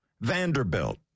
Vanderbilt